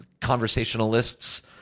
conversationalists